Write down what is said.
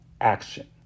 action